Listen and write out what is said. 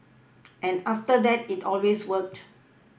and after that it always worked